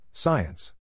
Science